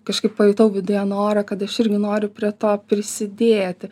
kažkaip pajutau viduje norą kad aš irgi noriu prie to prisidėti